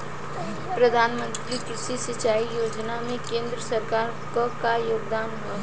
प्रधानमंत्री कृषि सिंचाई योजना में केंद्र सरकार क का योगदान ह?